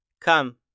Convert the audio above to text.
Come